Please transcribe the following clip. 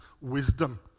wisdom